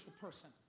person